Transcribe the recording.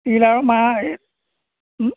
তিল আৰু মাহ এই